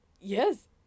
Yes